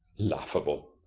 laughable.